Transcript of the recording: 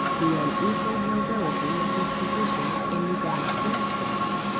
the unequalled nobility of his position in regard to dillsborough.